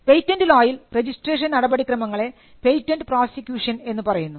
patent ലോയിൽ registration നടപടിക്രമങ്ങളെ patent prosecution എന്ന് പറയുന്നു